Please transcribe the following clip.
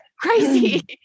Crazy